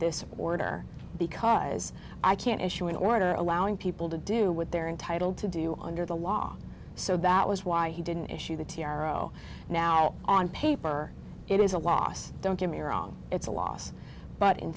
this order because i can't issue an order allowing people to do with their intitled to do under the law so that was why he didn't issue the t r o now on paper it is a loss don't get me wrong it's a loss but in